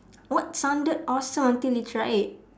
what sounded awesome until you try it